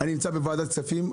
אני נמצא בוועדת הכספים,